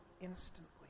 instantly